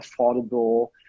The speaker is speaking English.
affordable